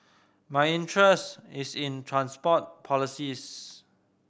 my interest is in transport policies